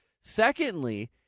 Secondly